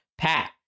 Pat